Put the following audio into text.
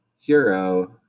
hero